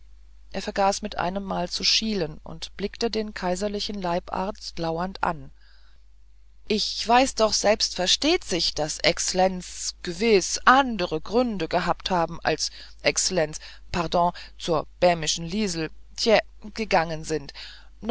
er vergaß mit einemmal zu schielen und blickte den kaiserlichen leibarzt lauernd an ich weiß doch von selbstverstehtsich daß ezlenz gewisse andere gründe gehabt haben als exlenz pardon zur bähmischen liesel tje gegangen sind